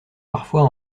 parfois